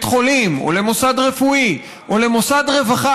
חולים או למוסד רפואי או למוסד רווחה,